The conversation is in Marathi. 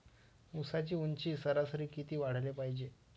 ऊसाची ऊंची सरासरी किती वाढाले पायजे?